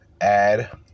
Add